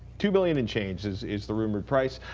two billion and change is is the rumored price.